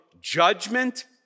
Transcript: judgment